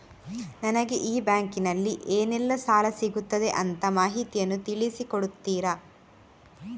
ನನಗೆ ಈ ಬ್ಯಾಂಕಿನಲ್ಲಿ ಏನೆಲ್ಲಾ ಸಾಲ ಸಿಗುತ್ತದೆ ಅಂತ ಮಾಹಿತಿಯನ್ನು ತಿಳಿಸಿ ಕೊಡುತ್ತೀರಾ?